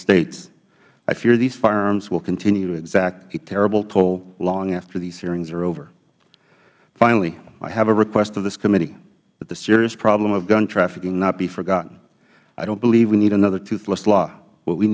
states i fear these firearms will continue to exact a terrible toll long after these hearings are over finally i have a request of this committee that the serious problem of gun trafficking not be forgotten i don't believe we need another toothless law what we